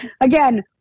again